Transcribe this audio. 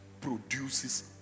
produces